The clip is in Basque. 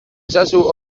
ezazu